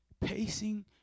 pacing